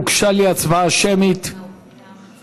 הוגשה לי בקשה להצבעה שמית מהמציעים,